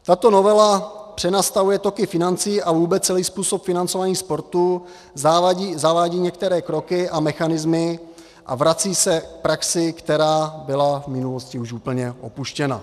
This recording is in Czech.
Tato novela přenastavuje toky financí a vůbec celý způsob financování sportu, zavádí některé kroky a mechanismy a vrací se k praxi, která byla v minulosti už úplně opuštěna.